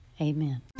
Amen